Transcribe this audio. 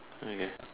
okay